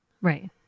Right